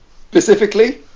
Specifically